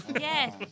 yes